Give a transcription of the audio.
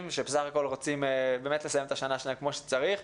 שבסך הכול רוצים לסיים את השנה שלהם כמו שצריך.